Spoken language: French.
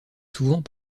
souvent